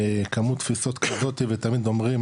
וכמות תפיסות כזאתי ותמיד אומרים,